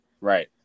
Right